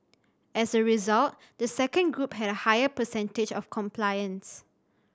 as a result the second group had a higher percentage of compliance